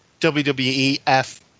WWEF